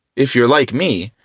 if you're like me,